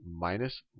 minus